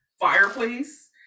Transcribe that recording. fireplace